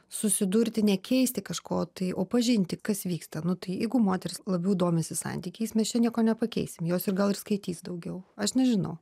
susidurti nekeisti kažko tai o pažinti kas vyksta nu tai jeigu moteris labiau domisi santykiais mes čia nieko nepakeisim jos ir gal ir skaitys daugiau aš nežinau